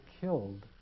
killed